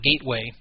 gateway